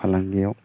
फालांगियाव